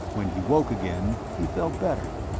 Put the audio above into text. when he woke again, he felt better.